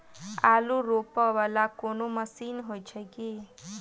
आलु रोपा वला कोनो मशीन हो छैय की?